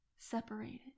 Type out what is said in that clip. Separated